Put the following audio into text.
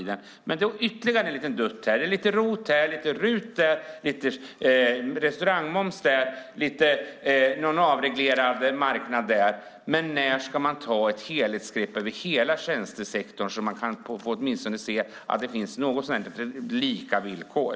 Det är lite ROT här, lite RUT där, lite restaurangmoms här och en avreglerad marknad där. När ska man ta ett helhetsgrepp över hela tjänstesektorn så att det blir någorlunda lika villkor?